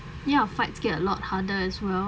ya fights get a lot harder as well